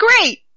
great